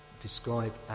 Describe